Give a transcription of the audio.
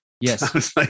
yes